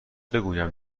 بگویم